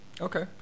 Okay